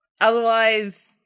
Otherwise